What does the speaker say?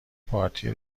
پارتی